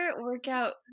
workout